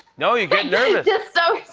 no, you get nervous.